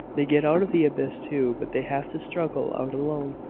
they get out of the abyss too but they have to struggle out alone.